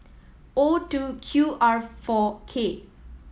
O two Q R four K